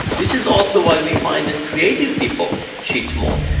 this is also why we find that creative people cheat more.